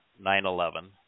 9-11